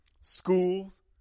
schools